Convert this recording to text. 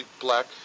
black